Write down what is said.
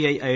I I